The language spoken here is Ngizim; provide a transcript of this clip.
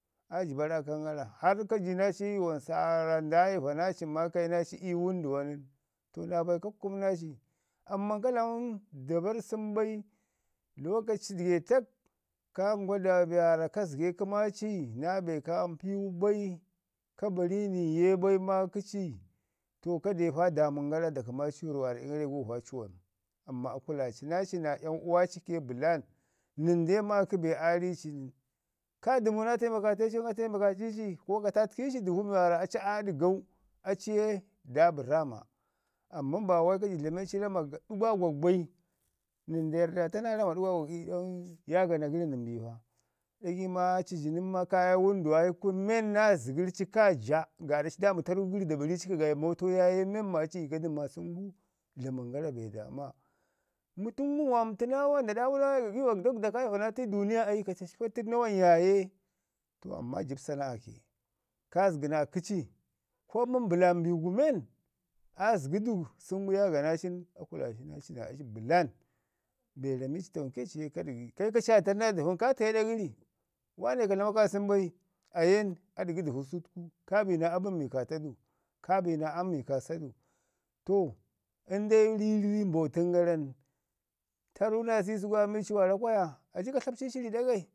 aa jəba raakan gara hari kaji naa ci ii yuwan sa waarra nda ivo naa ci maa kayi naa ci ii wənduwanən, to naa bai ko kkumi naa ci. Amman ka dlami dabarr sən bai lokaci getak kaa ngwa ndaawa waarra kazəga ii kəma ci, naa be kaa mpi wu bai ka bari nən ye bai man kəci to ko de pu daamən gara da kəma aa rrəɗin gara ii gumva ci wan amman a kwaci naa ci naa yan uwa ci ke bəlan, nən de maakə be aa ri ci nən, ka dəmu naa taimakata gəri nən a taimakaaci ci ko ka tatki ci dəvu mi waarra aci aa ɗəguu arei ye daa bi rraama amman ba wai ka jəbu dlame ci nama ɗəgwagwag bei, nən da yarrda to naa rama ɗəgwaagwag ii ɗak yaagana gəri nən bi pa. ɗgai maa aci ii nən maa kaa ye wənduma kun men naa zəgər ci koa ja, gaaɗa ari daami tarru gəri da bari cika gaayi moto yaye men maa aci iko du maa sən gu dlamən gara be daama. Mətu ngum wa mətu naa wa nda ɗaawu naa wai gagiwak, dagwada kai iva naa atu iduu niya ai ka cacpatu nawan yaaye. To amman a jəb sana'a ke kaa zəgi naa koci ko nin bəlan bigu men aa zəgə du səngu yaaganaa ci nən a kularei naa aci bəlan be rami ai ci tawanke ci ye ka dəgi kaika ci aa ta'i naa dəvu nən kaa te aɗa gari, waane ka dlama kaasən bai, a yan aa dɗvu sutku kaa bi naa abən mi kaa tau, kaa bi naa am mi kaa sa du. To əndu ri ruwai mbotən gara nən tarrau naa sisi gu aa mi ci waara kwaya, ayi ka tlap ci ri ɗagai,